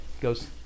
Goes